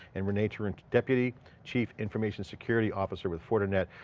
and renee tarun, deputy chief information security officer with fortinet